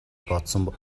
бодсон